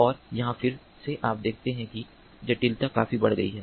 और यहां फिर से आप देखते हैं कि जटिलता काफी बढ़ गई है